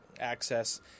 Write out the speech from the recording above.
access